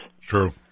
True